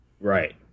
Right